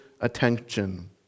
attention